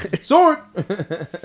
Sword